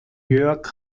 jörg